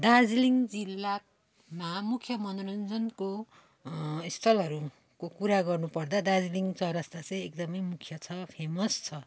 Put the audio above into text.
दार्जिलिङ जिल्लामा मुख्य मनोरञ्जनको स्थलहरूको कुरा गर्नु पर्दा दार्जिलिङ चौरस्ता चाहिँ एकदम मुख्य छ फेमस छ